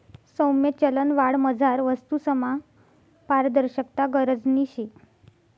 सौम्य चलनवाढमझार वस्तूसमा पारदर्शकता गरजनी शे